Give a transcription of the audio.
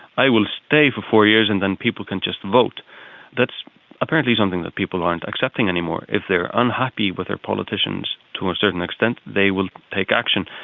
i will stay for four years and then people can just vote that's apparently something that people aren't accepting anymore. if they are unhappy with their politicians to a certain extent, they will take action.